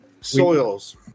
soils